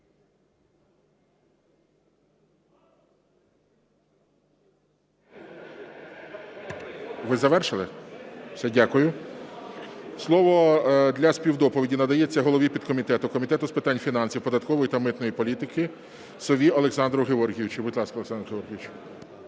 Ви завершили? Все. Дякую. Слово для співдоповіді надається голові підкомітету Комітету з питань фінансів, податкової та митної політики Сові Олександру Георгійовичу. Будь ласка, Олександре Георгійовичу.